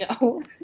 no